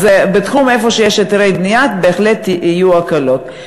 אז איפה שיש היתרי בנייה בהחלט יהיו הקלות.